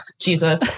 Jesus